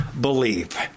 believe